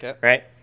right